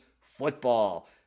football